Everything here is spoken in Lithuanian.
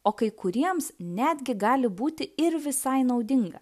o kai kuriems netgi gali būti ir visai naudinga